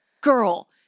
girl